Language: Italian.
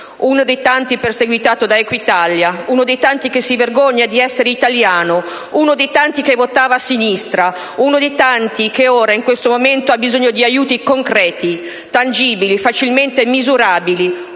Uno dei tanti perseguitati da Equitalia. Uno dei tanti che si vergogna di essere italiano. Uno dei tanti che votava a sinistra. Uno dei tanti che ora, in questo momento, ha bisogno di aiuti concreti, tangibili, facilmente misurabili.